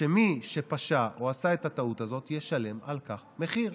שמי שפשע או עשה את הטעות הזאת, ישלם על כך מחיר.